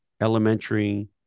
elementary